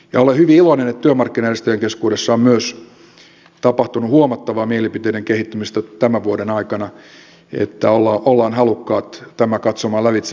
olen hyvin iloinen että työmarkkinajärjestöjen keskuudessa on myös tapahtunut huomattavaa mielipiteiden kehittymistä tämän vuoden aikana että ollaan halukkaita tämä katsomaan lävitse